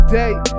day